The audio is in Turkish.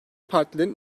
partilerin